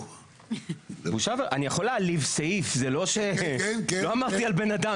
אני יכול להעליב סעיף, לא אמרתי על בן אדם.